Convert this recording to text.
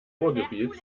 ruhrgebiet